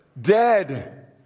Dead